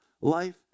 life